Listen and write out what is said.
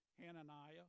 Hananiah